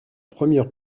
première